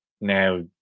now